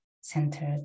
centered